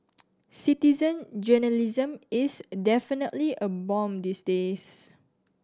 citizen journalism is definitely a boom these days